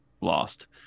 lost